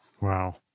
Wow